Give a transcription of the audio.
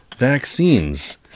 vaccines